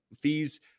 fees